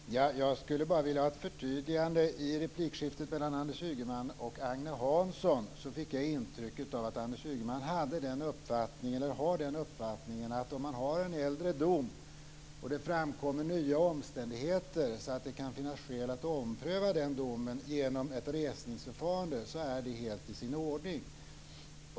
Herr talman! Jag skulle vilja ha ett förtydligande av det som sades i replikskiftet mellan Anders Ygeman och Agne Hansson. Jag fick intrycket att Anders Ygeman har uppfattningen att om man har en äldre dom och det framkommer nya omständigheter så att det kan finnas skäl att ompröva den domen genom ett resningsförfarande är det helt i sin ordning.